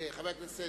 חבר הכנסת,